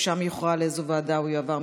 ושם יוכרע לאיזו הוא ועדה הוא יועבר,